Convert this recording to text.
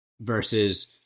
versus